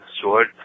short